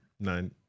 nine